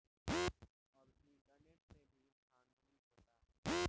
अब इंटरनेट से भी धांधली होता